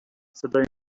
صدای